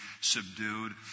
subdued